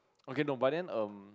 okay no but then um